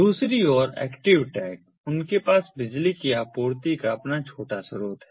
दूसरी ओर active tag उनके पास बिजली की आपूर्ति का अपना छोटा स्रोत है